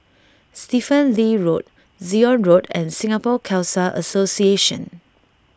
Stephen Lee Road Zion Road and Singapore Khalsa Association